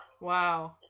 Wow